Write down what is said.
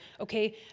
okay